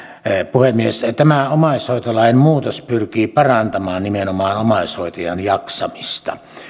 puhemies tämä omaishoitolain muutos pyrkii parantamaan nimenomaan omaishoitajan jaksamista